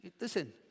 Listen